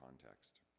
context